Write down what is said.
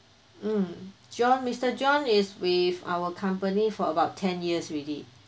mm john mister john is with our company for about ten years already